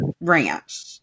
ranch